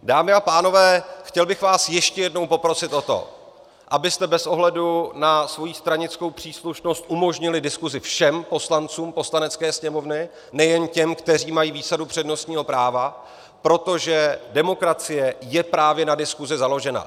Dámy a pánové, chtěl bych vás ještě jednou poprosit o to, abyste bez ohledu na svoji stranickou příslušnost umožnili diskusi všem poslancům Poslanecké sněmovny, nejen těm, kteří mají výsadu přednostního práva, protože demokracie je právě na diskusi založena.